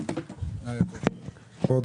כבוד